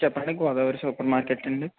చెప్పండి Godavari supermarket అండి